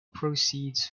proceeds